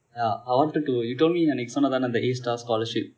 ya I wanted to you told me அன்னைக்கு சொன்னாய் தான:anaiku sonnai thaane the A_STAR scholarship